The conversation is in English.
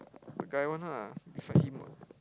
the guy one ah beside him [what]